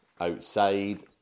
outside